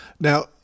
Now